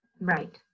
Right